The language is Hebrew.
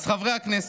אז חברי הכנסת,